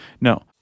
No